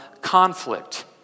conflict